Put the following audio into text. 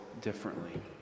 differently